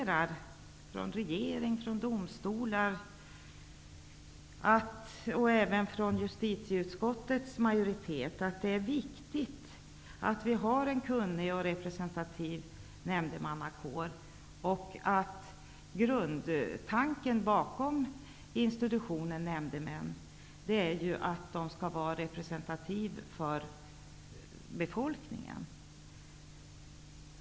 Regeringen, domstolarna och även justitieutskottets majoritet poängterar att det är viktigt med en kunnig och representativ nämndemannakår. Grundtanken bakom nämndemannainstitutionen är ju att de skall vara representativa för befolkningen.